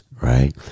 Right